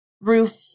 roof